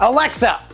Alexa